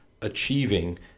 achieving